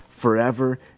forever